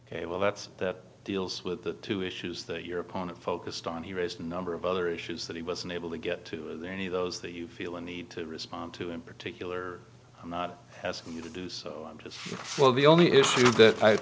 ok well that's that deals with the two issues that your opponent focused on he raised a number of other issues that he was unable to get to any of those that you feel a need to respond to in particular i'm not asking you to do so i'm just well the only issue that i